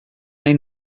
nahi